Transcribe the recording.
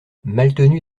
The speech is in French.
maltenu